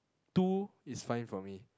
two is fine for me